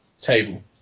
table